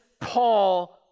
Paul